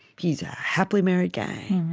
he's a happily married guy.